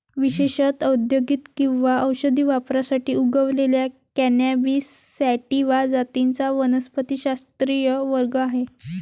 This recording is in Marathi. विशेषत औद्योगिक किंवा औषधी वापरासाठी उगवलेल्या कॅनॅबिस सॅटिवा जातींचा वनस्पतिशास्त्रीय वर्ग आहे